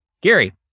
Gary